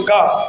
God